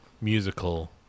musical